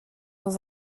dans